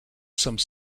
some